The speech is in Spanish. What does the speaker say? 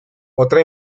otra